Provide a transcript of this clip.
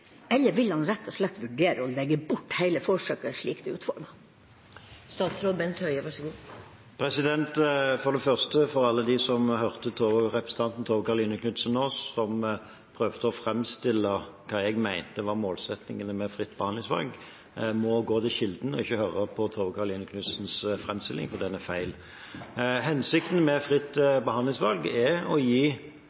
eller vil han rett og slett vurdere å legge bort hele forsøket slik det er utformet? Først: Alle de som nå hørte representanten Tove Karoline Knutsen, som prøvde å framstille hva jeg mente var målsettingene med fritt behandlingsvalg, må gå til kilden og ikke høre på Tove Karoline Knutsens framstilling, for den er feil. Hensikten med fritt behandlingsvalg er å gi